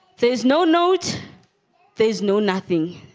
there is no notes days know nothing